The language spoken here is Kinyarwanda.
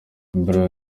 ebola